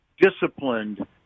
disciplined